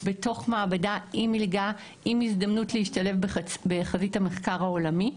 בתוך מעבדה עם מלגה ועם הזדמנות להשתלב בחזית המחקר העולמי.